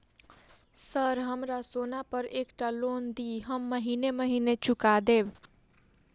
Sir हमरा सोना पर एकटा लोन दिऽ हम महीने महीने चुका देब?